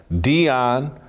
Dion